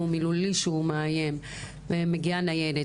ומגיעה ניידת,